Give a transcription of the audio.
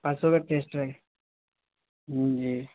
پرسوں کا ٹیسٹ ہے جی